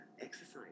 exercise